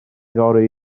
fory